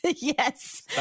Yes